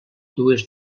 dues